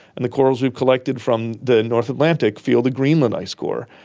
and the corals we collected from the north atlantic feel the greenland ice core.